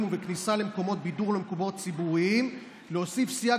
ובכניסה למקומות בידור למקומות ציבוריים ולהוסיף סייג